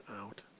out